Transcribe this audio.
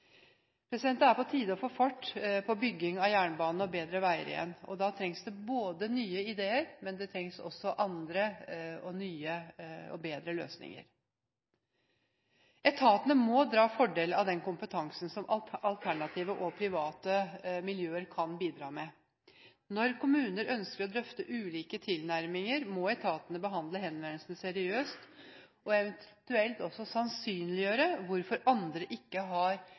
Det er på tide å få fart på bygging av jernbane og bedre veier igjen. Da trengs det både nye ideer og andre, nye og bedre løsninger. Etatene må dra fordel av den kompetansen som alternative og private miljøer kan bidra med. Når kommuner ønsker å drøfte ulike tilnærminger, må etatene behandle henvendelsene seriøst, og eventuelt også sannsynliggjøre hvorfor andre ikke har